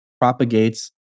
propagates